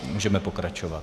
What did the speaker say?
Můžeme pokračovat.